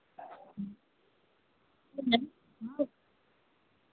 ma'am हाँ